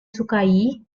sukai